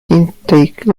intake